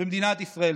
במדינת ישראל.